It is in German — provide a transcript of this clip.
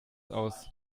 aus